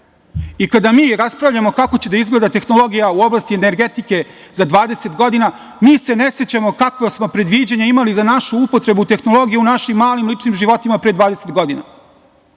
Kada mi raspravljamo kako će da izgleda tehnologija u oblasti energetike za dvadeset godina, mi se ne sećamo kako smo predviđanje imali za našu upotrebu tehnologije u našim malim ličnim životima, pre dvadeset godina.